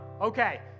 Okay